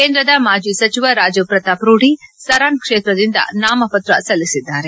ಕೇಂದ್ರದ ಮಾಜಿ ಸಚಿವ ರಾಜೀವ್ ಪ್ರತಾಪ್ ರೂದಿ ಸರಾನ್ ಕ್ಷೇತ್ರದಿಂದ ನಾಮಪತ್ರ ಸಲ್ಲಿಸಿದ್ದಾರೆ